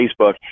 Facebook